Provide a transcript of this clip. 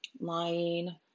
lying